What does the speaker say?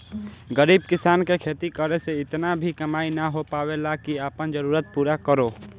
गरीब किसान के खेती करे से इतना भी कमाई ना हो पावेला की आपन जरूरत पूरा करो